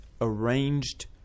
arranged